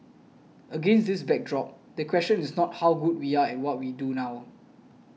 against this backdrop the question is not how good we are what we do now